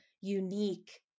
unique